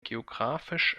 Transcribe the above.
geografisch